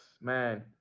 Man